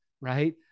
right